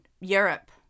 Europe